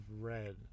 read